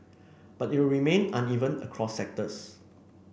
but it will remain uneven across sectors